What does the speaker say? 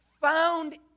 found